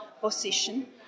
position